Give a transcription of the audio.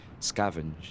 scavenge